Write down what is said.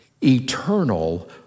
eternal